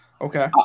Okay